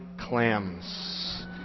clams